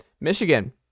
Michigan